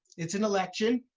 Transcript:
it's an election.